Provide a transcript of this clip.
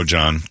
John